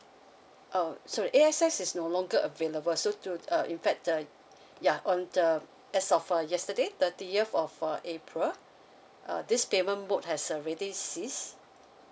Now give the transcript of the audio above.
uh sorry A_X_S is no longer available so to uh in fact the ya on the as of uh yesterday thirtieth of uh april uh this payment mode has already ceased